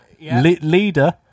leader